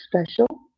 special